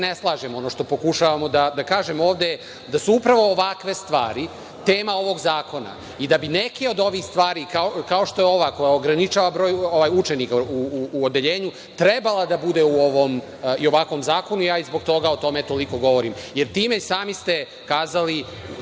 ne slažemo, što pokušavamo da kažemo ovde, jeste da su upravo ovakve stvari tema ovog zakona i da bi neki od ovih stvari, kao što je ova koja ograničava broj učenika u odeljenju trebala da bude u ovom i ovakvom zakonu zbog toga ja i toliko govorim, jer time ste sami kazali,